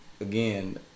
Again